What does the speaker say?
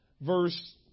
verse